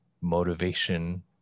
motivation